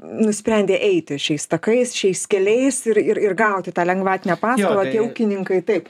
nusprendė eiti šiais takais šiais keliais ir ir ir gauti tą lengvatinę paskolą tie ūkininkai taip